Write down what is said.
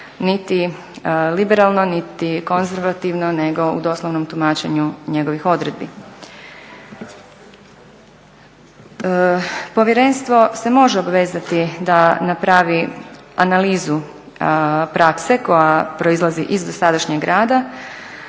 niti liberalno, niti konzervativno nego u doslovnom tumačenju njegovih odredbi. Povjerenstvo se može obvezati da napravi analizu prakse koja proizlazi iz dosadašnjeg rada